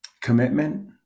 commitment